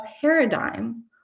paradigm